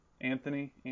Anthony